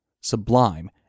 sublime